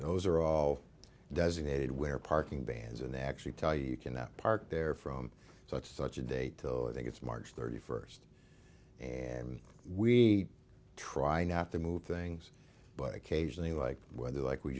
those are all designated where parking bans and they actually tell you can that park there from such such a date though i think it's march thirty first and we try not to move things but occasionally like the weather like we